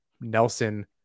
Nelson